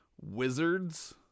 wizards